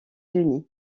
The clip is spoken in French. unis